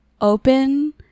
open